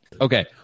Okay